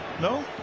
No